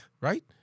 Right